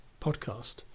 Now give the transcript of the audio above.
podcast